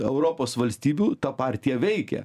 europos valstybių ta partija veikė